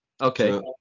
Okay